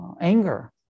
anger